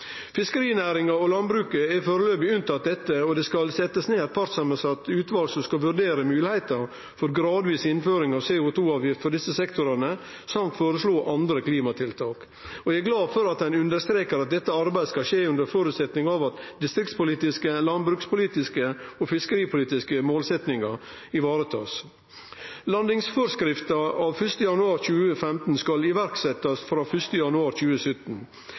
Fiskerinæringa og landbruket er foreløpig unntatt dette, og det skal setjast ned eit partssamansett utval som skal vurdere moglegheita for gradvis innføring av CO 2 -avgift for disse sektorane og føreslå andre klimatiltak. Eg er glad for at ein understrekar at dette arbeidet skal skje under føresetnad av at distriktspolitiske, landbrukspolitiske og fiskeripolitiske målsetjingar blir varetatt. Landingsforskrifta av 1. januar 2015 skal setjast i verk frå 1. januar 2017.